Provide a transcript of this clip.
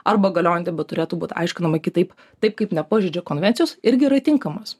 arba galiojantiem bet turėtų būt aiškinama kitaip taip kaip nepažeidžia konvencijos irgi yra tinkamas